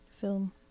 film